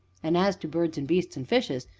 and, as to birds and beasts and fishes,